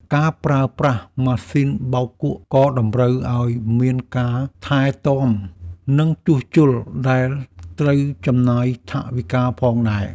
ការប្រើប្រាស់ម៉ាស៊ីនបោកគក់ក៏តម្រូវឱ្យមានការថែទាំ និងជួសជុលដែលត្រូវចំណាយថវិកាផងដែរ។